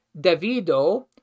Davido